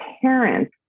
parents